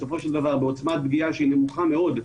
בסופו של דבר בעוצמת פגיעה שהיא נמוכה מאוד,